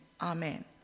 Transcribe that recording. amen